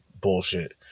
bullshit